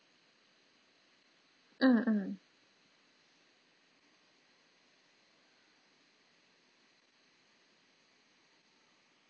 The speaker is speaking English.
mm mm